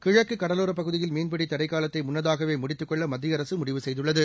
கிழக்கு கடலோரப் பகுதியில் மீன்பிடித் தடைக்காலத்தை முன்னதாகவே முடித்துக்கொள்ள மத்திய அரசு செய்துள்ளது